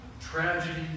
tragedy